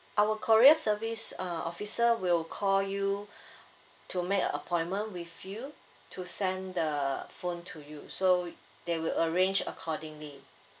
our courier service uh officer will call you to make appointment with you to send the phone to you so they will arrange accordingly